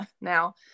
now